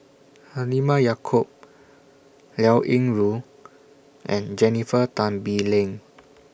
Halimah Yacob Liao Yingru and Jennifer Tan Bee Leng